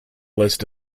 list